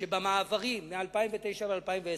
שבמעברים מ-2009 ו-2010,